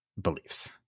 beliefs